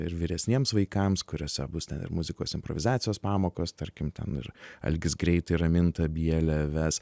ir vyresniems vaikams kuriose bus ir muzikos improvizacijos pamokas tarkim ten ir algis greitai raminta bjielė ves